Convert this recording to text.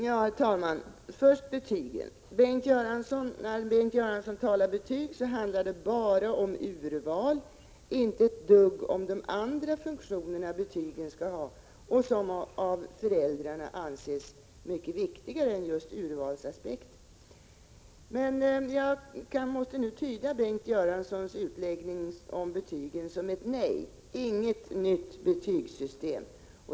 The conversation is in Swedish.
Herr talman! Först något om betygen. När Bengt Göransson talar om betyg handlar det bara om urval. Det handlar inte ett dugg om de övriga funktioner som betygen skall ha och som av föräldrarna anses vara mycket viktigare än just urvalsaspekten. Jag måste nu tyda Bengt Göranssons utläggning om betygen som ett nej — alltså inget nytt betygssystem.